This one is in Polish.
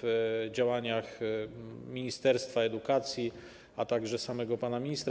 w działaniach ministerstwa edukacji, a także samego pana ministra.